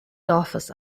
dorfes